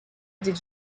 did